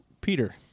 Peter